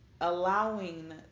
allowing